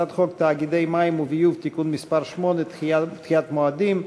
הצעת חוק תאגידי מים וביוב (תיקון מס' 8) (דחיית מועדים),